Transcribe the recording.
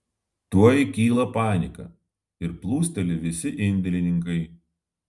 tuoj kyla panika ir plūsteli visi indėlininkai